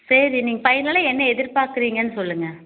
சரி நீங்கள் ஃபைனலாக என்ன எதிர்பார்க்கறீங்கன்னு சொல்லுங்க